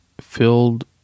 filled